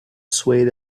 swayed